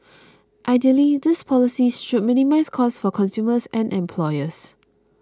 ideally these policies should minimise cost for consumers and employers